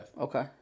Okay